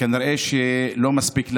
כנראה שלא מספיק לנו,